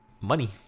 money